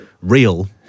real